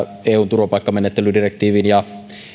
turvapaikkamenettelydirektiivin ja